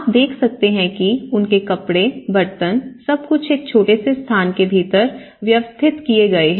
आप देख सकते हैं कि उनके कपड़े बर्तन सब कुछ एक छोटे से स्थान के भीतर व्यवस्थित किए गए हैं